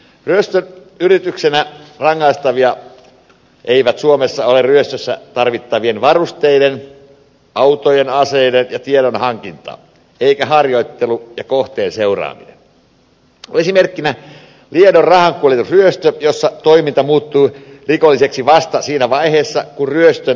ryöstön yrityksenä rangaistavia eivät suomessa ole ryöstössä tarvittavien varusteiden autojen aseiden ja tiedon hankinta eikä harjoittelu ja kohteen seuraaminen esimerkkinä liedon rahankuljetusryöstö jossa toiminta muuttui rikolliseksi vasta siinä vaiheessa kun ryöstön toimeenpano oli alkanut